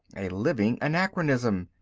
a living anachronism,